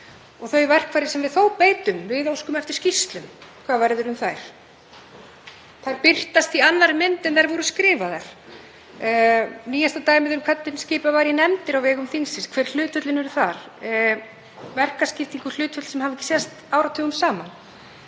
Þau verkfæri sem við beitum — við óskum eftir skýrslum og hvað verður um þær? Þær birtast í annarri mynd en þær voru skrifaðar. Nýjasta dæmið um hvernig skipað var í nefndir á vegum þingsins, hver hlutföllin eru þar, verkaskipting og hlutföll sem ekki hafa sést áratugum saman.